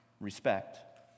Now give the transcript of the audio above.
respect